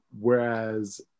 whereas